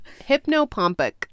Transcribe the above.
Hypnopompic